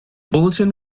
bulletin